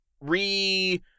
re